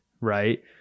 right